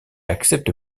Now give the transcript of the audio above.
accepte